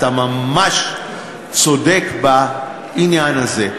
אתה ממש צודק בעניין הזה.